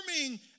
forming